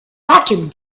vacuum